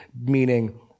meaning